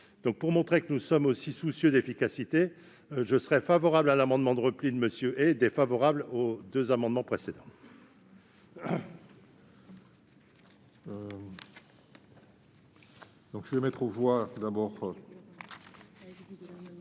Pour montrer que nous sommes aussi soucieux d'efficacité, je serai favorable à l'amendement de repli de M. Haye et défavorable aux deux amendements identiques.